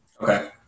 Okay